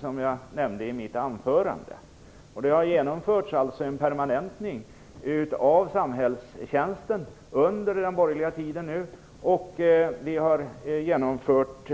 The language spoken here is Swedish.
Det har under den borgerliga tiden genomförts en permanentning av samhällstjänsten, och vi har genomfört